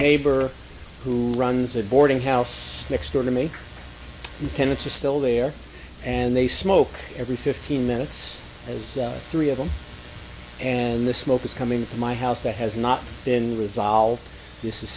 neighbor who runs a boarding house next door to me the tenants are still there and they smoke every fifteen minutes three of them and the smoke is coming from my house that has not been resolved this is